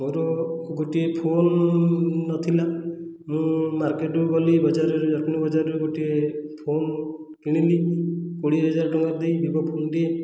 ମୋର ଗୋଟିଏ ଫୋନ ନଥିଲା ମୁଁ ମାର୍କେଟକୁ ଗଲି ବଜାରରେ ଜଟଣୀ ବଜାରରୁ ଗୋଟିଏ ଫୋନ କିଣିଲି କୋଡ଼ିଏ ହଜାର ଟଙ୍କା ଦେଇ ଭିଭୋ ଫୋନଟିଏ